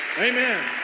Amen